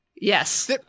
Yes